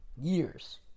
Years